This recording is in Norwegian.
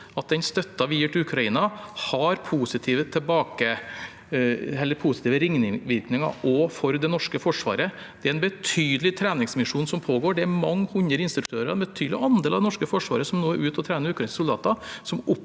at den støtten vi gir til Ukraina, faktisk har positive ringvirkninger også for det norske forsvaret. Det er en betydelig treningsmisjon som pågår, det er mange hundre instruktører. Det er en betydelig andel av det norske forsvaret som nå er ute og trener ukrainske soldater,